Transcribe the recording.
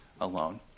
alone